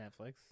Netflix